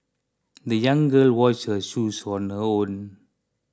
the young girl washed her shoes on her own